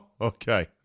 okay